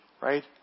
right